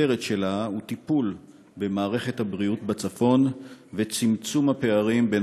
שהכותרת שלה היא טיפול במערכת הבריאות בצפון וצמצום הפערים בין